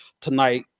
tonight